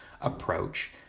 approach